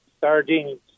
Sardines